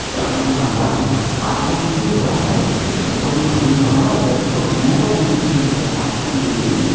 சடங்குகள் நம்ம செஞ்சுட்ருக்கோம் அது வந்து சயின்டிஃபிக்காக குழந்தைக்கி ஹெல்ப் பண்ணிணாலும் அதில் இருக்கக்கூடிய மூட நம்பிக்கைகளில் மக்கள்